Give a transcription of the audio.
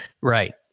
right